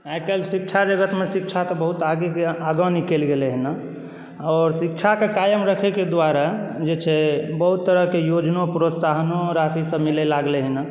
आइ काल्हि शिक्षा जगतमे शिक्षा तऽ बहुत आगे आगाँ निकलि गेलै हेँ आओर शिक्षाकेँ कायम रखैके द्वारा जे छै बहुत तरहकेँ योजना प्रोत्साहनो राशिसभ मिलए लागल हेँ